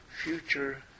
future